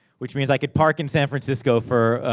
which means i could park in san francisco for,